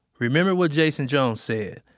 remember what jason jones said,